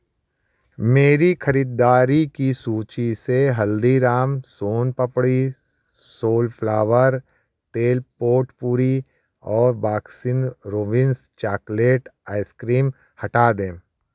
मेरी खरीददारी की सूची से हल्दीराम सोन पापड़ सोलफ्लावर तेल पोटपूरी और Baskin Robbins chocolate ice cream हटा दें